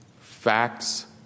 Facts